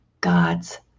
God's